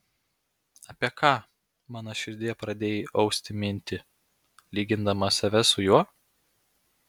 apie ką mano širdie pradėjai austi mintį lygindama save su juo